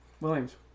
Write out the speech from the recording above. Williams